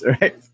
right